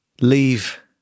leave